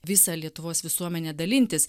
visą lietuvos visuomenę dalintis